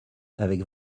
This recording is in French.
avec